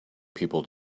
people